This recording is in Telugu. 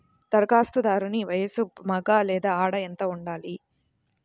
ధరఖాస్తుదారుని వయస్సు మగ లేదా ఆడ ఎంత ఉండాలి?